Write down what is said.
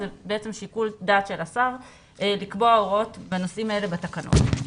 הם בעצם לשיקול דעת של השר לקבוע הוראות בנושאים האלה בתקנות.